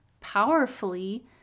powerfully